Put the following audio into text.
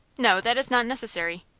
no, that is not necessary.